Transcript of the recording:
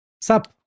Sup